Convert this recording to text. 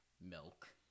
milk